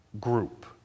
group